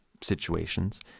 situations